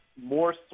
more